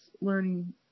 learning